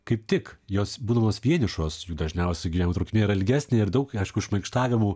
kaip tik jos būdamos vienišos jų dažniausiai gyvenimo trukmė ilgesnė ir daug aišku šmaikštavimų